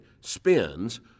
spins